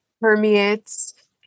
permeates